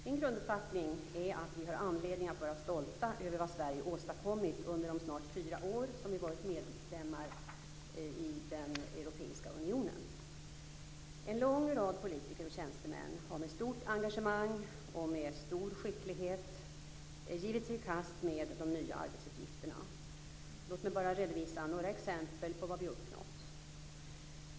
Min grunduppfattning är att vi har anledning att vara stolta över vad Sverige åstadkommit under de snart fyra år som vi varit medlemmar i den europeiska unionen. En lång rad politiker och tjänstemän har med stort engagemang och med stor skicklighet givit sig i kast med de nya arbetsuppgifterna. Låt mig bara redovisa några exempel på vad vi uppnått.